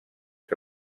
que